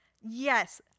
Yes